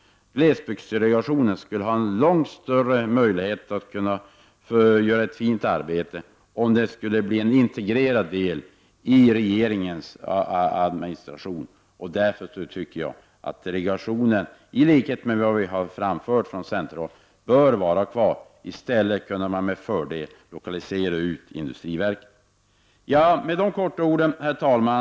Glesbygdsdelegationen skulle ha långt större möjligheter att göra ett fint arbete om den fick utgöra en integrerad del av regeringens administration. Mot den bakgrunden tycker jag att delegationen — och detta har vi i centern tidigare framfört — bör vara kvar här. I stället kunde man med fördel lokalisera ut industriverket. Herr talman!